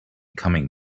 coming